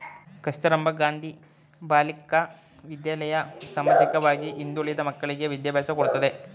ಕಸ್ತೂರಬಾ ಗಾಂಧಿ ಬಾಲಿಕಾ ವಿದ್ಯಾಲಯ ಸಾಮಾಜಿಕವಾಗಿ ಹಿಂದುಳಿದ ಮಕ್ಕಳ್ಳಿಗೆ ವಿದ್ಯಾಭ್ಯಾಸ ಕೊಡ್ತಿದೆ